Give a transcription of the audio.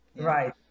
Right